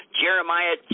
Jeremiah